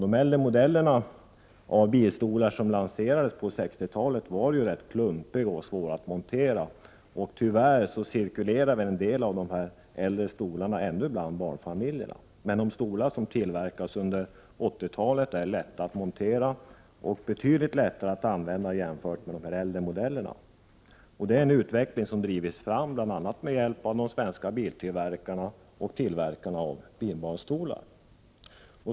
De äldre modeller av bilstolar som lanserades på 60-talet var ju rätt klumpiga och svåra att montera. Tyvärr används en del av dessa ännu av barnfamiljerna. Men de stolar som tillverkas under 80-talet är lätta att montera och betydligt lättare att använda än äldre modeller. Det är en utveckling som drivits fram bl.a. med hjälp av de svenska biltillverkarna och tillverkarna av bilbarnstolar.